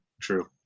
True